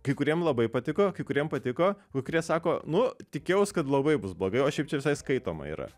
kai kuriem labai patiko kai kuriem patiko kai kurie sako nu tikėjaus kad labai bus blogai o šiaip čia visai skaitoma yra